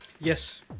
Yes